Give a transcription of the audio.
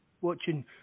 watching